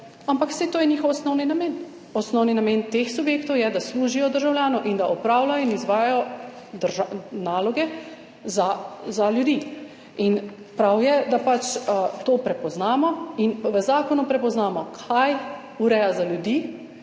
ampak saj to je njihov osnovni namen. Osnovni namen teh subjektov je, da služijo državljanom in da opravljajo in izvajajo naloge za ljudi. In prav je, da to prepoznamo in v zakonu prepoznamo, kaj ureja za ljudi,